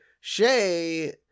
Shay